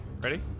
Ready